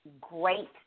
Great